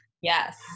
Yes